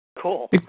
Cool